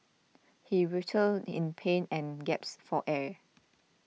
he writhed in pain and gasped for air